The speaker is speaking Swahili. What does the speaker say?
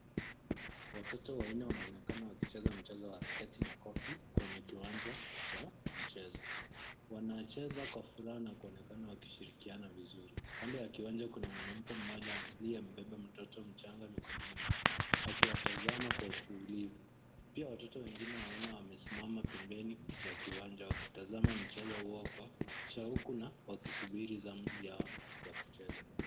Watoto wanne wanaonekana wakicheza mchezo wa raketi na koki kwenye kiwanja cha mchezo, wanacheza kwa furaha na kuonekana wakishiikiana vizuri . Kando ya kiwanja kuna mwanamke mmoja aliyembeba mtoto mchanga mikononi mwake akiwatazama kwa utulivu, pia watoto wengine wanne wamesimama pembeni ya kiwanja wakitazama mchezo huo kwa shauku na wakisubiri zamu yao ya kucheza.